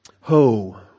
Ho